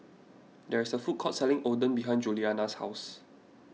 there is a food court selling Oden behind Julianna's house